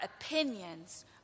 opinions